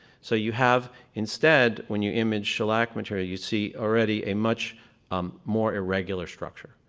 so you have, instead, when you image shellac material you see already a much um more irregular structure.